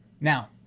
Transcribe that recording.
Now